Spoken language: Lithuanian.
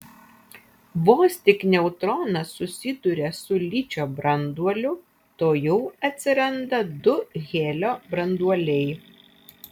vos tik neutronas susiduria su ličio branduoliu tuojau atsiranda du helio branduoliai